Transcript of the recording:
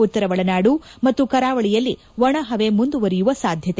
ಉತ್ತರ ಒಳನಾಡು ಮತ್ತು ಕರಾವಳಿಯಲ್ಲಿ ಒಣ ಹವೆ ಮುಂದುವರಿಯುವ ಸಾಧ್ಯತೆ